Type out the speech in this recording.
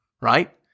right